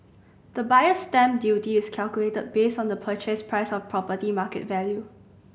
the Buyer's Stamp Duty is calculated based on the purchase price or property market value